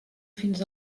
fins